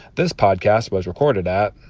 this podcast was recorded at.